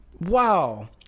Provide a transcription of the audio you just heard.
wow